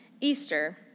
Easter